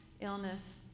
illness